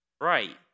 Right